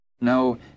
No